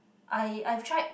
I I've tried